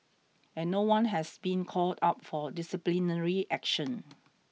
and no one has been called up for disciplinary action